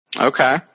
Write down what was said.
Okay